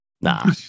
Nah